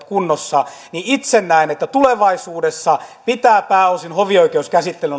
kunnossa itse näen että tulevaisuudessa pitää hovioikeuskäsittelyn